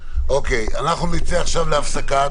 מגיעים למסקנה,